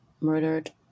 murdered